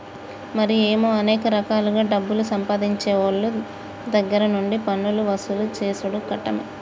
మరి ఏమో అనేక రకాలుగా డబ్బులు సంపాదించేవోళ్ళ దగ్గర నుండి పన్నులు వసూలు సేసుడు కట్టమే